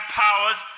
powers